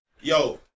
yo